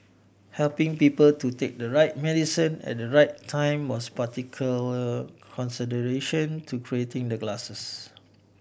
helping people to take the right medicine at the right time was particular consideration to creating the glasses